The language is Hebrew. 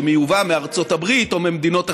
שמיובא מארצות הברית או ממדינות אחרות.